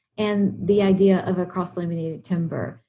and the idea of a cross-laminated timber.